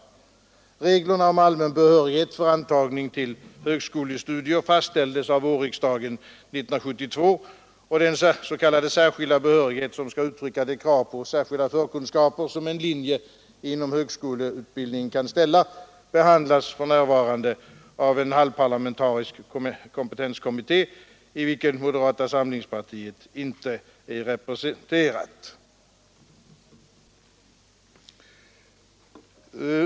Reglerna om allmän behörighet för antagning till högskolestudier fastställdes av vårriksdagen 1970, och den s.k. särskilda behörighet som skall uttrycka de krav på särskilda kunskaper som en linje inom högskoleutbildningen kan ställa behandlas för närvarande av en halvparlamentarisk kompetenskommitté, i vilken moderata samlingspartiet inte är representerat.